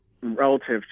relative